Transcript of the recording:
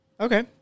Okay